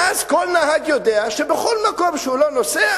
ואז כל נהג יודע שבכל מקום שהוא לא נוסע,